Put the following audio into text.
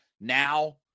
now